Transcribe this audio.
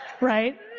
right